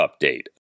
update